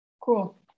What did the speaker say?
Cool